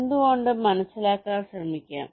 എന്തുകൊണ്ടെന്ന് മനസ്സിലാക്കാൻ ശ്രമിക്കാം